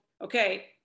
okay